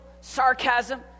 sarcasm